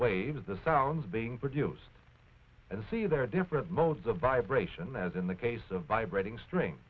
of the sounds being produced and see there are different modes of vibration as in the case of vibrating string